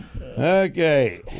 okay